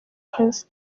kazi